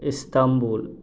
Istanbul